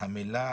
המילה